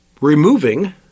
removing